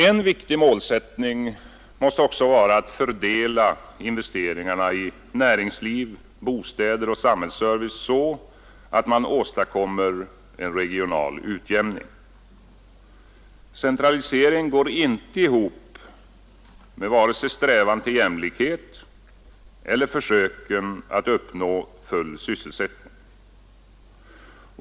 En viktig målsättning måste också vara att fördela investeringarna i näringsliv, bostäder och samhällsservice så att man åstadkommer en regional utjämning. Centralisering går inte ihop med vare sig strävan till jämlikhet eller försöken att uppnå full sysselsättning.